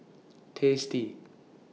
tasty